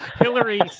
Hillary